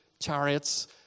Chariots